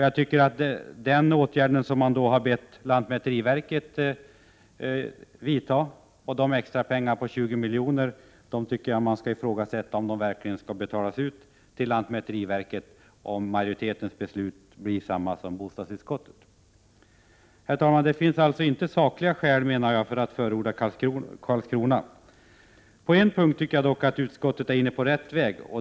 Jag tycker att man verkligen skall ifrågasätta den åtgärd som man har bett lantmäteriverket att vidta och dessa 20 milj.kr. som verket har fått. Dessa pengar borde inte betalas ut till lantmäteriverket om majoritetens beslut blir detsamma som bostadsutskottets förslag. Det finns alltså enligt min mening inte några sakliga skäl att förorda Karlskrona. På en punkt tycker jag att utskottet dock är inne på rätt väg.